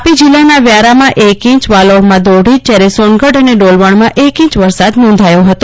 તાપી જિલ્લાના વ્યારામાં આજે એક ઇંચ વાલોડમાં દોઢ ઇંચ જ્યારે સોનગઢ અને ડોલવજ્ઞમાં એક ઇંચ વરસાદ નોંધાયો છે